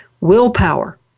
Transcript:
Willpower